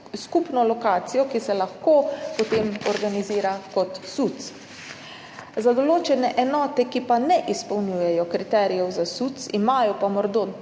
skupno lokacijo, ki se lahko potem organizira kot SUC. Za določene enote, ki pa ne izpolnjujejo kriterijev za SUC, imajo pa morda